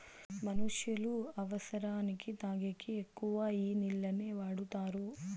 మనుష్యులు అవసరానికి తాగేకి ఎక్కువ ఈ నీళ్లనే వాడుతారు